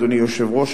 אדוני היושב-ראש,